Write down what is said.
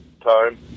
time